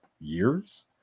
years